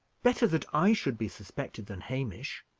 better that i should be suspected than hamish.